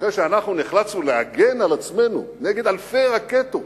אחרי שאנחנו נחלצנו להגן על עצמנו נגד אלפי רקטות,